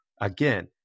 again